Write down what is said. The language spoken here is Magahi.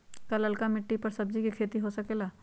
का लालका मिट्टी कर सब्जी के भी खेती हो सकेला?